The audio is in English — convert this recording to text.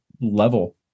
level